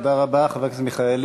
תודה רבה, חבר הכנסת מיכאלי.